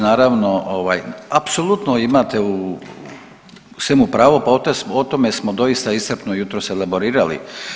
Naravno, apsolutno imate u svemu pravo, pa o tome smo doista iscrpno jutros elaborirali.